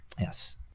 Yes